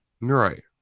Right